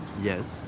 Yes